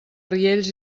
riells